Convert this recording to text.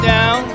Down